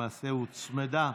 למעשה היא הוצמדה